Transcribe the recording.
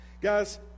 Guys